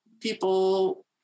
people